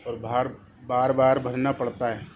اور بھار بار بار بھرنا پڑتا ہے